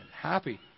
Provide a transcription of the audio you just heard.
happy